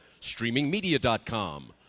StreamingMedia.com